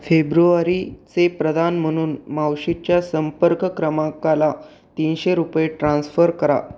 फेब्रुवारीचे प्रधान म्हणून मावशीच्या संपर्क क्रमांकाला तीनशे रुपये ट्रान्स्फर करा